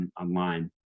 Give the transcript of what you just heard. online